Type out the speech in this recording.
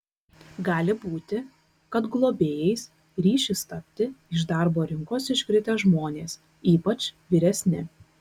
gali būti kad globėjais ryšis tapti iš darbo rinkos iškritę žmonės ypač vyresni